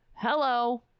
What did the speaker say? hello